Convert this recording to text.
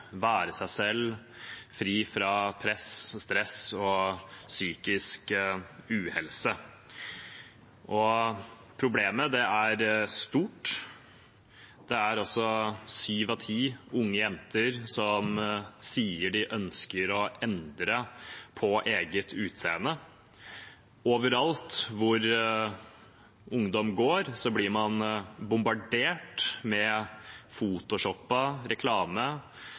være seg selv, fri fra press, stress og psykisk uhelse. Problemet er stort. Syv av ti unge jenter sier de ønsker å endre på eget utseende. Overalt hvor ungdom går, blir de bombardert med photoshoppet reklame,